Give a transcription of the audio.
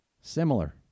similar